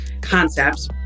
concepts